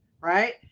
right